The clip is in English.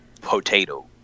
Potato